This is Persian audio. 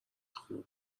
خانم